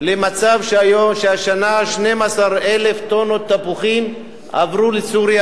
למצב שהשנה 12,000 טונות תפוחים עברו לסוריה,